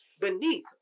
beneath